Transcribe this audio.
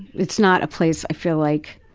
it's not a place i feel like.